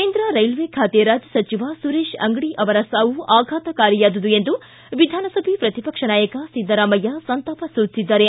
ಕೇಂದ್ರ ರೈಲ್ವೆ ಖಾತೆ ರಾಜ್ಯ ಸಚಿವ ಸುರೇಶ್ ಅಂಗಡಿ ಅವರ ಸಾವು ಆಘಾತಕಾರಿಯಾದುದು ಎಂದು ವಿಧಾನಸಭೆ ಪ್ರತಿಪಕ್ಷ ನಾಯಕ ಸಿದ್ದರಾಮಯ್ಯ ಸಂತಾಪ ಸೂಚಿಸಿದ್ದಾರೆ